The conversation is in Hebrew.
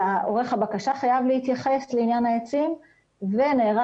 עורך הבקשה חייב להתייחס לעניין העצים ונערך